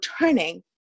turning